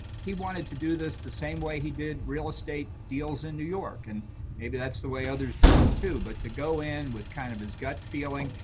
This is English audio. he wanted to do this the same way he did real estate deals in new york, and maybe that's the way others do them, too. but to go in with kind of his gut feeling,